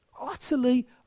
Utterly